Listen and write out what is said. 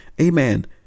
Amen